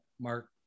Mark